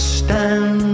stand